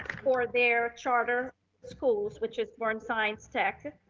for their charter schools, which is burn science tech.